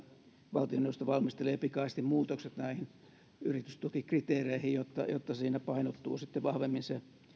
valtioneuvosto valmistelee pikaisesti muutokset näihin yritystukikriteereihin jotta jotta niissä painottuvat sitten vahvemmin